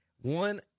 One